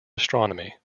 astronomy